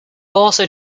also